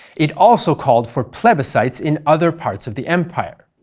it also called for plebiscites in other parts of the empire.